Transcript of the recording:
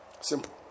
simple